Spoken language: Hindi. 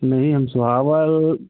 नहीं